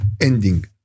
ending